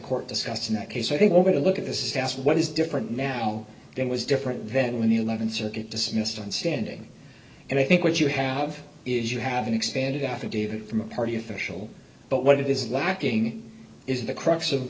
court discussed in that case i think we're going to look at this is asked what is different now then was different then when the eleventh circuit dismissed and standing and i think what you have is you have an expanded affidavit from a party official but what it is lacking is the crux of